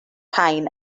rhain